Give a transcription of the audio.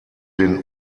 den